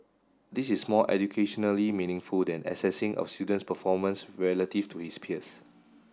this is more educationally meaningful than assessing a student's performance relative to his peers